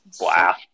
Wow